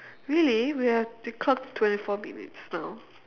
really we have we clocked twenty four minutes now